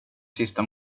sista